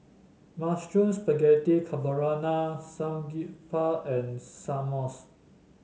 Mushroom Spaghetti Carbonara Samgyeopsal and